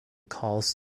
calls